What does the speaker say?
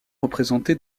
représenté